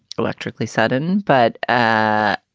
electrically sudden, but. ah